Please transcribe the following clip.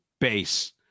base